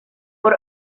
por